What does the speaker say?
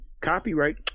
copyright